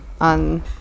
on